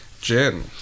Jen